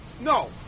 no